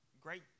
great